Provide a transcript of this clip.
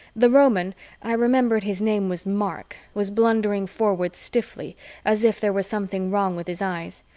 the roman i remembered his name was mark was blundering forward stiffly as if there were something wrong with his eyes,